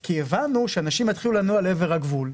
כי הבנו שאנשים יתחילו לנוע לעבר הגבול.